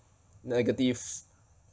negative